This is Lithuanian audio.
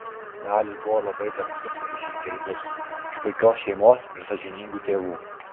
dalius buvo labai darbštus ir žingeidus iš puikios šeimos ir sąžiningų tėvų